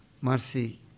mercy